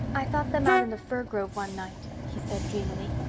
i thought them out in the fir grove one night, he said dreamily.